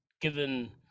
given